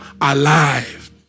alive